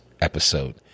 episode